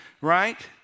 right